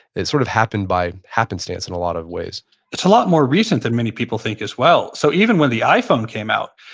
it sort of happened by happenstance in a lot of ways it's a lot more recent than many people think as well. so even when the iphone came out,